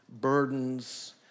burdens